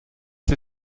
sie